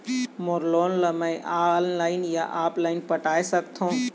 मोर loan ला मैं online या ऑफलाइन पटाए सकथों?